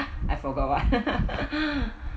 I forgot what